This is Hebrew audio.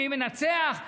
מי מנצח?